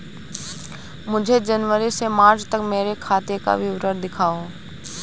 मुझे जनवरी से मार्च तक मेरे खाते का विवरण दिखाओ?